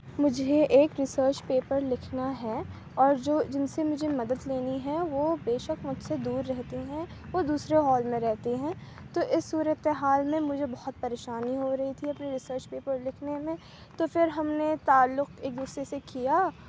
مجھے ایک research paper لکھنا ہے اور جو جن سے مجھے مدد لینی ہے وہ بے شک مجھ سے دور رہتی ہیں وہ دوسرے ہال میں رہتی ہیں تو اس صورت حال میں مجھے بہت پریشانی ہو رہی تھی اپنے ریسرچ پیپر لکھنے میں تو پھر ہم نے تعلق ایک دوسرے سے کیا